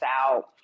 out